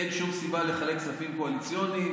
אין שום סיבה לחלק כספים קואליציוניים".